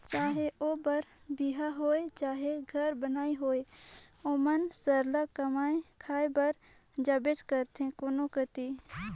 चहे ओ बर बिहा होए चहे घर बनई होए ओमन सरलग कमाए खाए बर जाबेच करथे कोनो कती